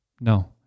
No